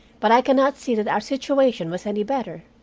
but i can not see that our situation was any better.